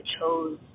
chose